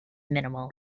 minimal